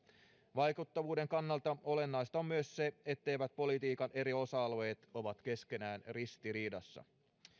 vaikuttavuuden kannalta olennaista on myös se etteivät politiikan eri osa alueet ole keskenään ristiriidassa